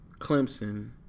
Clemson